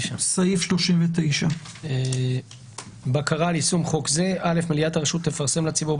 סעיף 39 בקרה על יישום חוק זה "(א) מליאת הרשות תפרסם לציבור,